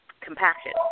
compassion